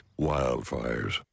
wildfires